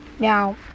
Now